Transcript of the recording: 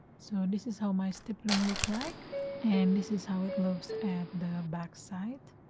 so this is how my stippling look like and this is how it looks at the back side